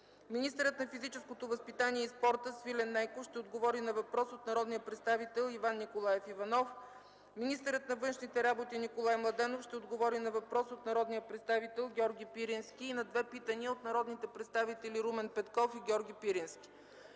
Министърът на физическото възпитание и спорта Свилен Нейков ще отговори на въпрос от народния представител Иван Николаев Иванов. Министърът на външните работи Николай Младенов ще отговори на въпрос от народния представител Георги Пирински и на 2 питания от народните представители Румен Петков и Георги Пирински.